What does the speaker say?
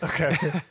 Okay